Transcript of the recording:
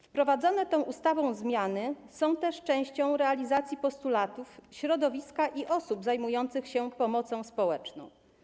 Wprowadzone tą ustawą zmiany są też częścią realizacji postulatów środowiska i osób zajmujących się pomocą społeczną.